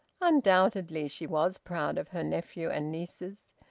undoubtedly she was proud of her nephew and nieces.